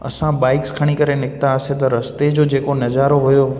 असां बाइक्स खणी करे निकितासीं त रस्ते जो जेको नज़ारो हुयो